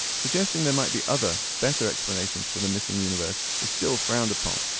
suggesting there might be other, better explanations for the missing universe is still frowned upon,